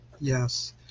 Yes